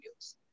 videos